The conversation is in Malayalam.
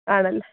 ആണല്ലേ